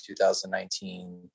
2019